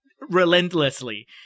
relentlessly